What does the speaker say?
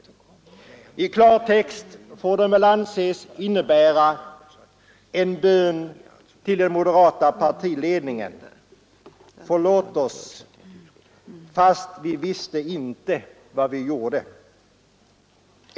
I klartext får den väl anses innebära en bön till den moderata partiledningen: Förlåt oss, vi visste inte vad vi gjorde!